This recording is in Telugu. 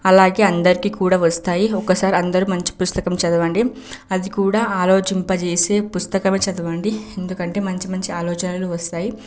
అలాగే అందరికీ కూడా వస్తాయి ఒక్కసారి అందరూ మంచి పుస్తకం చదవండి అది కూడా ఆలోచింపజేసే పుస్తకమే చదవండి ఎందుకంటే మంచి మంచి ఆలోచనలు వస్తాయి